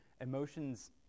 Emotions